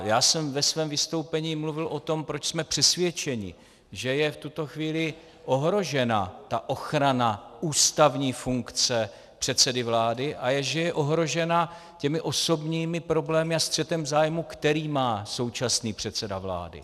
Já jsem ve svém vystoupení mluvil o tom, proč jsme přesvědčeni, že je v tuto chvíli ohrožena ochrana ústavní funkce předsedy vlády a že je ohrožena těmi osobními problémy a střetem zájmů, který má současný předseda vlády.